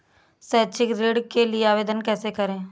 शैक्षिक ऋण के लिए आवेदन कैसे करें?